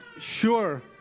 sure